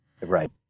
Right